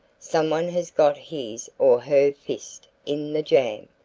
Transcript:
someone has got his or her fist in the jam.